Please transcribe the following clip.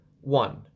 one